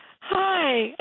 Hi